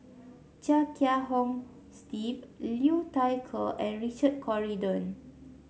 Chia Kiah Hong Steve Liu Thai Ker and Richard Corridon